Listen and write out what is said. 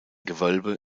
gewölbe